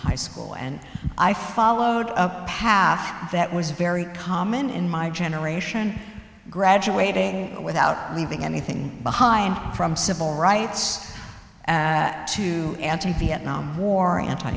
high school and i followed a path that was very common in my generation graduating without leaving anything behind from civil rights to anti vietnam war an